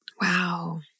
Wow